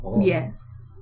Yes